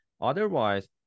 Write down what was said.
Otherwise